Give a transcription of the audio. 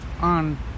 on